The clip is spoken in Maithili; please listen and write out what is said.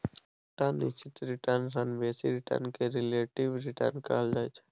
एकटा निश्चित रिटर्न सँ बेसी रिटर्न केँ रिलेटिब रिटर्न कहल जाइ छै